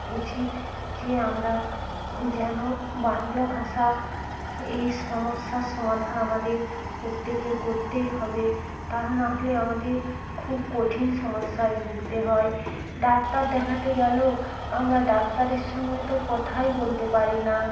উচিত যে আমরা যেন বাংলা ভাষা এই সমস্যার সমাধান আমাদের প্রত্যেকের করতেই হবে তা না হলে আমাদের খুব কঠিন সমস্যায় ভুগতে হয় ডাক্তার দেখাতে গেলেও আমরা ডাক্তারের সঙ্গে তো কথাই বলতে পারি না